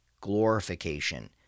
glorification